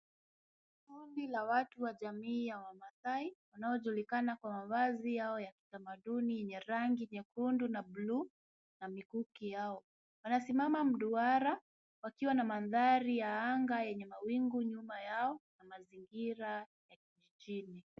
Kundi la watu wa jamii ya wamaasai wanajulikana kwa mavazi yao ya kitamaduni yenye rangi nyekundu na bluu na mikuki yao. Wanasimama mduara wakiwa na mandhari ya anga yenye mawingu nyuma yao na mazingira ya kijijini.